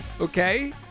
okay